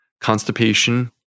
constipation